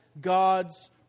God's